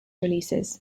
releases